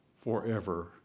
forever